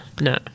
No